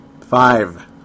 Five